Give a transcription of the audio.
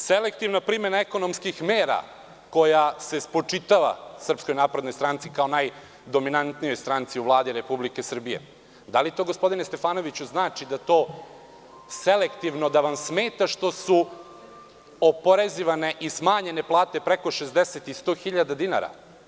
Selektivna primena ekonomskih mera koja se spočitava SNS kao najdominantnijoj stranci u Vladi Republike Srbije, da li to, gospodine Stefanoviću, znači da selektivno da vam smeta što su oporezivane i smanjene plate preko 60 i 100 hiljada dinara?